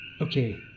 okay